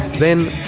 then,